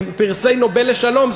פרסי נובל לשלום,